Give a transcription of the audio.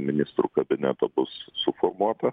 ministrų kabineto bus suformuota